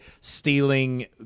stealing